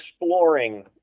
exploring